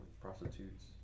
prostitutes